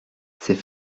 c’est